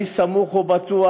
אני סמוך ובטוח